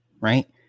right